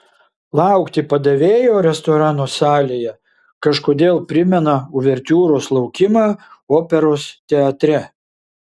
laukti padavėjo restorano salėje kažkodėl primena uvertiūros laukimą operos teatre